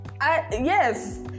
Yes